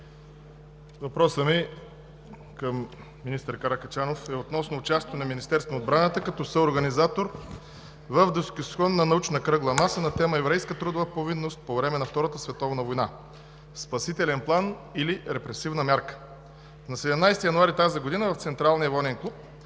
Въпросът ми към министър Каракачанов е относно участието на Министерството на отбраната като съорганизатор в Дискусионна научна кръгла маса на тема: „Еврейска трудова повинност по време на Втората световна война – спасителен план или репресивна мярка“. На 17 януари тази година в Централния военен клуб